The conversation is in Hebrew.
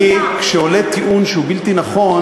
כשעולה טיעון שהוא בלתי נכון,